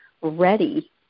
ready